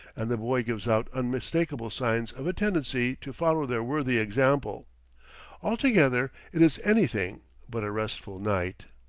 and the boy gives out unmistakable signs of a tendency to follow their worthy example altogether, it is anything but a restful night.